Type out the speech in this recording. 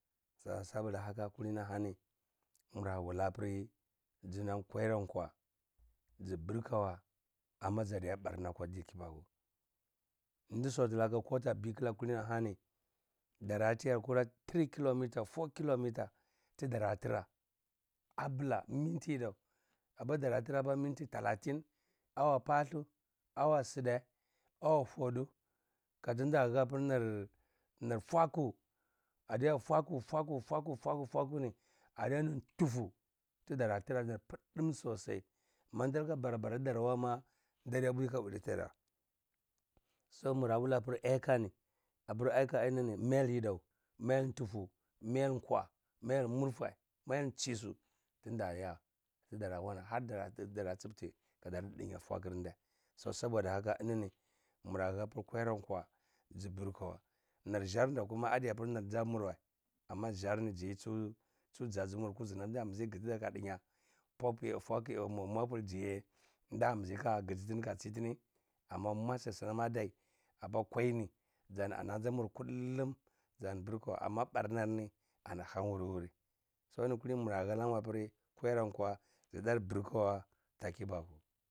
Saboɗa haka kulini alani mura wula apri znam kwair kwa zblkawa amma zaɗiya barna akwa ɗir kibaku nɗ sautu laka ko ɗar bikl ahanini dara tiya kura three kilometer, four kilometer tɗara tra abla minti yiɗanapa ɗara tra apa minti talatin awa pathhlu awa sdar awa makr awa fwoɗo kaɗnɗa a ha inr nr fwaku aɗiya fwaku fwaku fwaku fwaku fwakuni aɗiyantufu tɗara travar pdm sosai uɗr lka bara bara tdar mafa nɗar mafa nɗa ɗiya bwui ka quat dar wa so mura wukpr aikani apr aika ini ni mail yi ɗau mail ntufu mail nkwa mail murfa mail nthisu tnɗa zya tɗara kwalae mura hapr nkwairnkwa zbrkowa nrdzar va kuma aɗiyapr nr ɗzar murwai amma ɗzarni ziye tsin tsu za zimur kuznam nɗan gzitɗat ka ɗinya fakyau fakyau mumwapul ziye ndabzi ka ngtitini amma masar snam aɗai apa kwaini zani ananzir mur kullum zani brkowa amma barnarni lan wur wuri se ini kulini mura halamur apri nkwairnir kwa zdar brkawa amma zaɗiya barna akwa ɗir kibaku nɗd sautu laka ko taki biku alani ni dara tiya kur three kilometers four killometer tɗara tra abla minti yidau apn ɗara tra apa minti talatin awa pathlu ewa sɗaz awa fwoɗu, kadnɗa hapr nr nr fwaku aɗiya fwaku fwaku fwaku fwaku ni adiyantufu manɗ lka bara tɗara ma nɗa bwui ka wulat ɗar wa so mura wul aikani apraika ini ni mal yiɗau mail ntufu mail zkwa mail murfa mail ntsisen tnɗa zya tdara hhwalaz har nkwairn kwa zbrkowa.